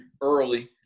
early